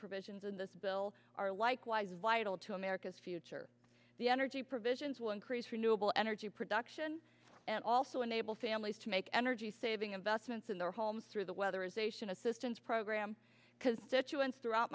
provisions in this bill are likewise vital to america's future the energy provisions will increase renewable energy production and also enable families to make energy saving investments in their homes through the weather is a sion assistance program because situations throughout